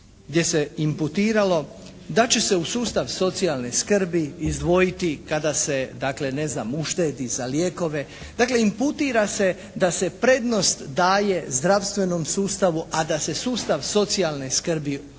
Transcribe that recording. gdje se imputiralo da će se u sustav socijalne skrbi izdvojiti kada se, dakle ne znam uštedi za lijekove. Dakle imputira se da se prednost daje zdravstvenom sustavu, a da se sustav socijalne skrbi na neki